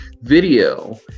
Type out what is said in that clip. video